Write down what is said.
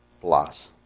Plus